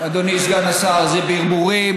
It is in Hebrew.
אדוני סגן השר, זה ברבורים